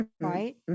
right